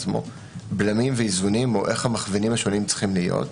בלמים ואיזונים או איך המכוונים השונים צריכים להיות.